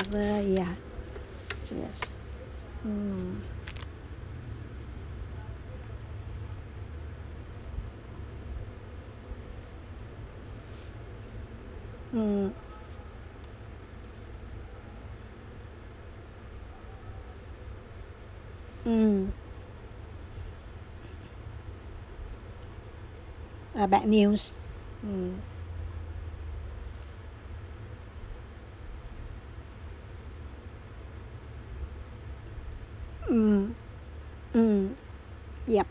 ever yeah so yes mm mm mm a bad news mm mm mm yup